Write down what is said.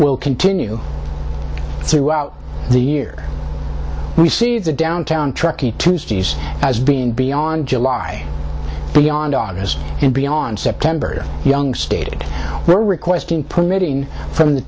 will continue throughout the year we see the downtown truckee tuesdays as being beyond july beyond august and beyond september young stated we're requesting permitting from the